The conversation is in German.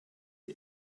die